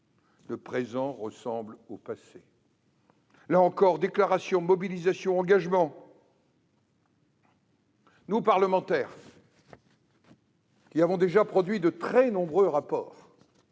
le présent ressemble au passé : là encore, déclarations, mobilisations, engagements ... Nous, parlementaires, qui avons déjà produit de très nombreux rapports